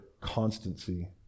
constancy